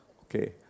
Okay